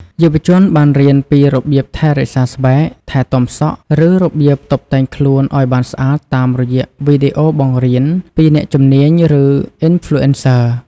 យុវជនបានរៀនពីរបៀបថែរក្សាស្បែក ថែទាំសក់ ឬរបៀបតុបតែងខ្លួនឲ្យបានស្អាតតាមរយៈវីដេអូបង្រៀន ពីអ្នកជំនាញ ឬ អុីនផ្លូអេនសឺ ។